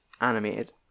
Animated